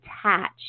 attach